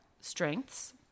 strengths